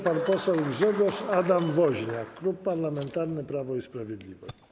Pan poseł Grzegorz Adam Woźniak, Klub Parlamentarny Prawo i Sprawiedliwość.